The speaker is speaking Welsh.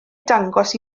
dangos